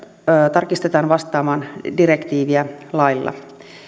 tarkistetaan vastaamaan direktiiviä lailla